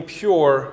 pure